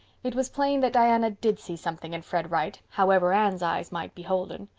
it was plain that diana did see something in fred wright, however anne's eyes might be holden.